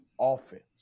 offense